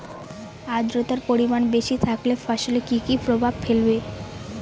আদ্রর্তার পরিমান বেশি থাকলে ফসলে কি কি প্রভাব ফেলবে?